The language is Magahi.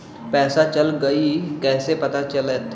पैसा चल गयी कैसे पता चलत?